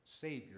Savior